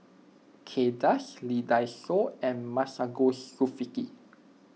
Kay Das Lee Dai Soh and Masagos Zulkifli